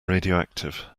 radioactive